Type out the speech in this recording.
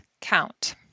count